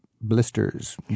blisters